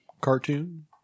cartoon